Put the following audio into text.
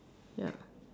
ya